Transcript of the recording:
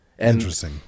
Interesting